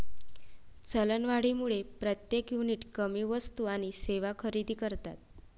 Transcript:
चलनवाढीमुळे प्रत्येक युनिट कमी वस्तू आणि सेवा खरेदी करतात